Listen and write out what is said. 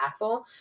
impactful